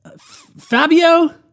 Fabio